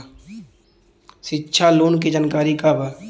शिक्षा लोन के जानकारी का बा?